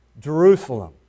Jerusalem